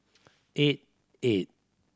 eight eight